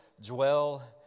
dwell